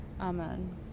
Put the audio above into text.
Amen